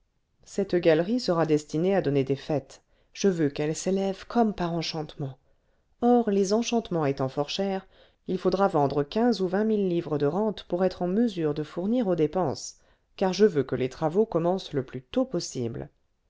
cette galerie sera destinée à donner des fêtes je veux qu'elle s'élève comme par enchantement or les enchantements étant fort chers il faudra vendre quinze ou vingt mille livres de rente pour être en mesure de fournir aux dépenses car je veux que les travaux commencent le plus tôt possible